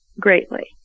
greatly